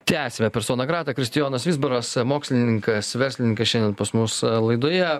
tęsiame persona grata kristijonas vizbaras mokslininkas verslininkas šiandien pas mus laidoje